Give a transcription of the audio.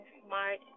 smart